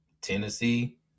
Tennessee